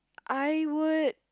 I would